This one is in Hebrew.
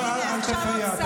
תגלי לנו פעם אחת כמה קיבלת